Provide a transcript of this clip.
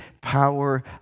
power